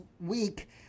week